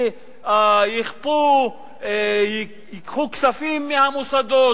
יבוא וייקח כספים מהמוסדות?